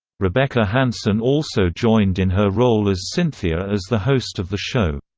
rebecca hanson also joined in her role as cynthia as the host of the show.